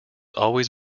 always